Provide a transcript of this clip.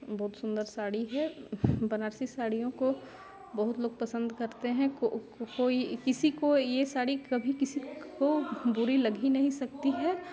बहुत सुन्दर साड़ी है बनारसी साड़ियों को बहुत लोग पसन्द करते हैं को कोई किसी को यह साड़ी कभी किसी को बुरी लग ही नहीं सकती है